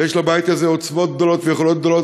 ויש לבית הזה עוצמות גדולות ויכולות גדולות.